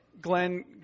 Glenn